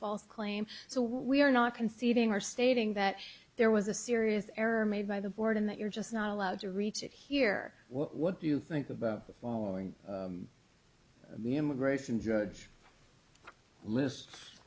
false claim so we are not conceding are stating that there was a serious error made by the board in that you're just not allowed to reach it here what do you think about the following the immigration judge list